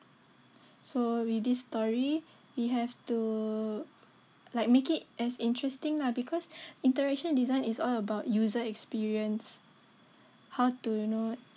so with this story we have to like make it as interesting lah because interaction design is all about user experience how to you know